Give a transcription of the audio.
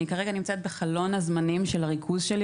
אני כרגע נמצאת בחלון הזמנים של הריכוז שלי